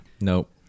Nope